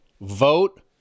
vote